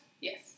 yes